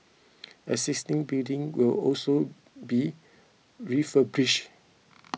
existing building will also be refurbished